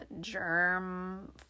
germ